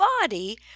body